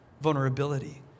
vulnerability